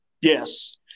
Yes